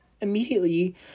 Immediately